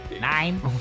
Nine